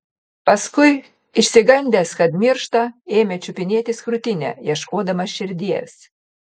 paskui išsigandęs kad miršta ėmė čiupinėtis krūtinę ieškodamas širdies